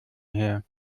her